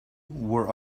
were